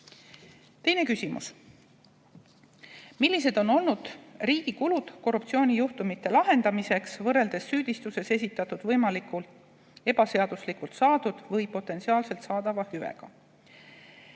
Teine küsimus: "Millised on olnud riigi kulud korruptsioonijuhtumite lahendamiseks võrreldes süüdistuses esitatud võimaliku ebaseaduslikult saadud või potentsiaalselt saadava hüvega?